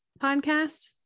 podcast